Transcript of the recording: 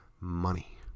money